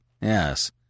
Yes